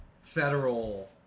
federal